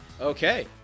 Okay